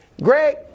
Greg